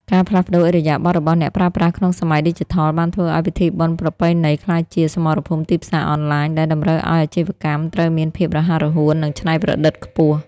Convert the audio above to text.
ការផ្លាស់ប្តូរឥរិយាបថរបស់អ្នកប្រើប្រាស់ក្នុងសម័យឌីជីថល បានធ្វើឱ្យពិធីបុណ្យប្រពៃណីក្លាយជា "សមរភូមិទីផ្សារអនឡាញ" ដែលតម្រូវឱ្យអាជីវកម្មត្រូវមានភាពរហ័សរហួន និងច្នៃប្រឌិតខ្ពស់។